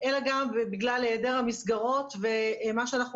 אלא גם ובגלל היעדר המסגרות ומה שאנחנו